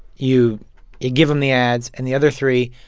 you ah give them the ads, and the other three,